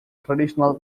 traditional